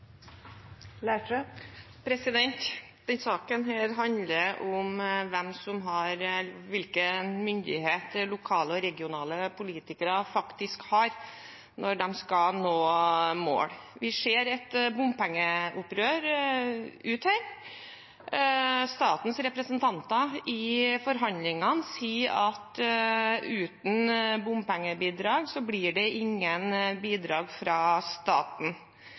handler om hvilken myndighet lokale og regionale politikere faktisk har når de skal nå mål. Vi ser et bompengeopprør her ute. Statens representanter i forhandlingene sier at uten bompengebidrag blir det ingen bidrag fra staten.